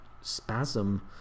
spasm